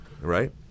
right